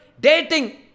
dating